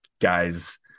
guy's